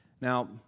Now